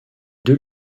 deux